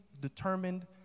determined